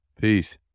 Peace